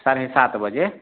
साढ़े सात बजे